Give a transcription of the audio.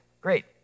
great